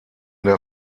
der